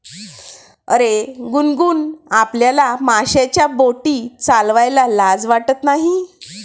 अरे गुनगुन, आपल्याला माशांच्या बोटी चालवायला लाज वाटत नाही